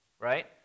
right